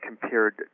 compared